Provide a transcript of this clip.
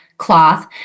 Cloth